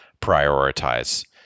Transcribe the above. prioritize